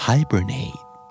Hibernate